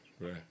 Right